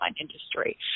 industry